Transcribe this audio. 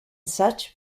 such